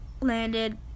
landed